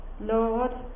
Lord